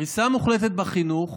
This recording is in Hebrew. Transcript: קריסה מוחלטת בחינוך,